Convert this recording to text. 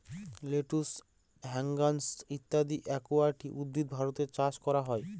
lettuce, হ্যাছান্থ ইত্যাদি aquatic উদ্ভিদ ভারতে চাষ করা হয়